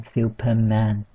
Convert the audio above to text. Superman 》 。